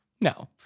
No